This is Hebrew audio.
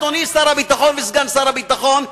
אדוני שר הביטחון וסגן שר הביטחון,